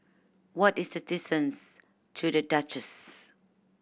what is the distance to The Duchess